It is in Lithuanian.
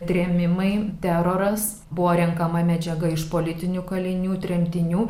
trėmimai teroras buvo renkama medžiaga iš politinių kalinių tremtinių